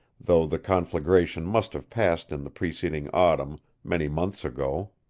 though the conflagration must have passed in the preceding autumn, many months ago.